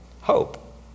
hope